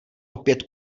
opět